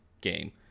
game